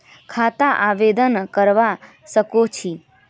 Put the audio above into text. खाता आवेदन करवा संकोची?